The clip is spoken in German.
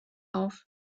auf